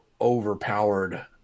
overpowered